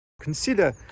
consider